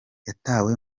yatawe